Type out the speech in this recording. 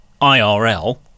I-R-L